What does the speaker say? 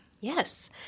Yes